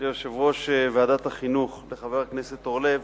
ליושב-ראש ועדת החינוך, לחבר הכנסת אורלב,